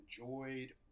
enjoyed